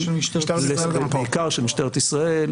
בעיקר של משטרת ישראל,